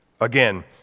again